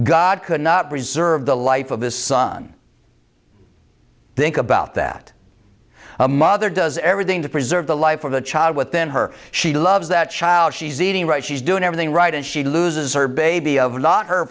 god could not preserve the life of his son think about that a mother does everything to preserve the life of a child within her she loves that child she's eating right she's doing everything right and she loses her baby over not her